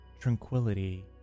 tranquility